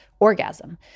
orgasm